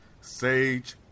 Sage